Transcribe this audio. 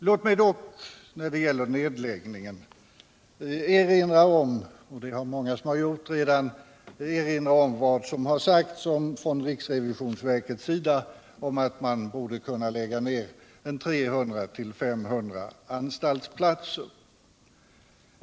Låt mig dock när det gäller nedläggning erinra om — det är många som har gjort det redan — vad som har sagts från riksrevisionsverkets sida om att man borde kunna lägga ned 300-500 anstaltsplatser.